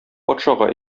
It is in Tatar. патшага